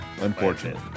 unfortunate